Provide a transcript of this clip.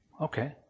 Okay